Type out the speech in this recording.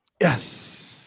Yes